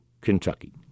Kentucky